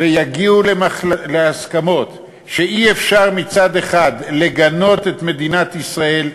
ויגיעו להסכמות שאי-אפשר מצד אחד לגנות את מדינת ישראל,